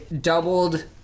doubled